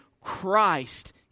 Christ